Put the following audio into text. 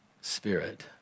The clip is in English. spirit